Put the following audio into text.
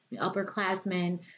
upperclassmen